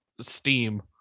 steam